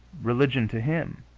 religion, to him,